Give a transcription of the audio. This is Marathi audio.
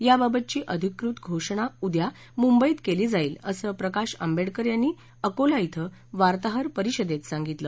याबाबतची अधिकृत घोषणा उद्या मुंबईत केली जाईल असे प्रकाश आंबेडकर यांनी आज सकाळी अकोला ििं वार्ताहर परिषदेत सांगितलं